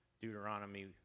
Deuteronomy